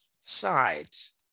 sides